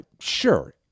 sure